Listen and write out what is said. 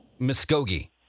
Muskogee